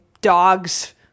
dogs